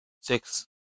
six